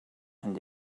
and